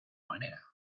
manera